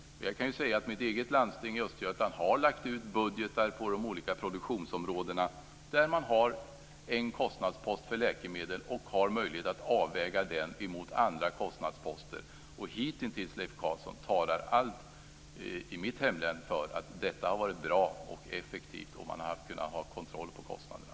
Jag kan säga att mitt eget landsting i Östergötland har lagt ut budgetar på olika produktionsområden, där man har en kostnadspost för läkemedel och har möjlighet att väga den mot andra kostnadsposter. Hittills, Leif Carlson, talar allt i mitt hemlän för att detta har varit bra och effektivt, och man har haft kontroll på kostnaderna.